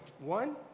One